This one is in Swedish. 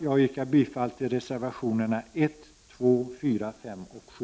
Jag yrkar bifall till reservationerna 1, 2, 4, 5 och 7.